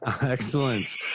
Excellent